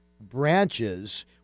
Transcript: branches